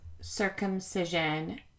circumcision